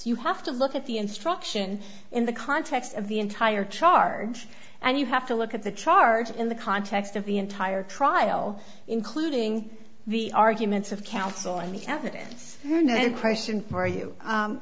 you have to look at the instruction in the context of the entire charge and you have to look at the charge in the context of the entire trial including the arguments of counseling the evidence and then question for you